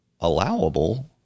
allowable